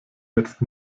jetzt